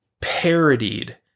parodied